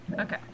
okay